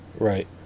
Right